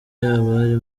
abari